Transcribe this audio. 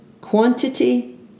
Quantity